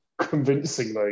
convincingly